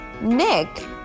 Nick